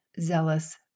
zealous